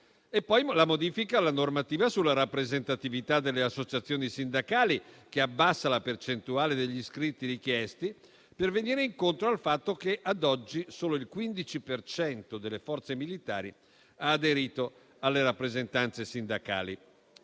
è poi la modifica alla normativa sulla rappresentatività delle associazioni sindacali, che abbassa la percentuale degli iscritti richiesti, per venire incontro al fatto che ad oggi solo il 15 per cento delle forze militari ha aderito alle rappresentanze sindacali.